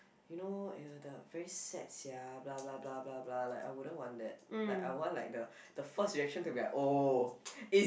you know !aiya! the very sad sia blah blah blah blah blah like I wouldn't want that like I want like the the first reaction to be like oh if